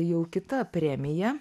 jau kita premija